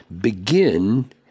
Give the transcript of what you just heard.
begin